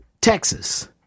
Texas